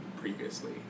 previously